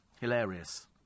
Hilarious